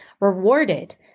rewarded